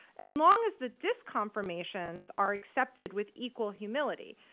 as long as the disconfirmations are accepted with equal humility.